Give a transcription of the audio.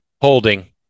holding